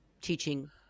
teaching